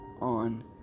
on